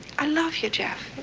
i love you, jeff.